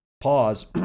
Pause